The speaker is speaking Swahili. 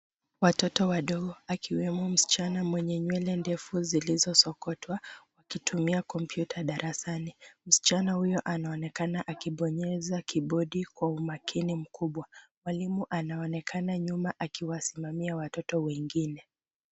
Watoto wadogo akiwemo msichana mwenye nywele zilizosokotwa wakitumia kompyuta darasani. Msichana huyo anaonekana akibonyeza kibodi kwa umakini mkubwa. Mwalimu anaonekana nyuma akiwasimamia watoto wengine.